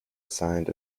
assigned